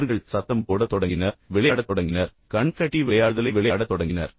அவர்கள் சத்தம் போடத் தொடங்கினர் விளையாடத் தொடங்கினர் கண்கட்டி விளையாடுதலை விளையாடத் தொடங்கினர்